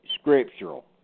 scriptural